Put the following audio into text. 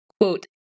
quote